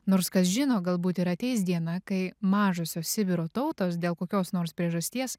nors kas žino galbūt ir ateis diena kai mažosios sibiro tautos dėl kokios nors priežasties